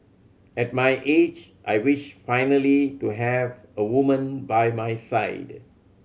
at my age I wish finally to have a woman by my side